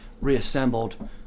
reassembled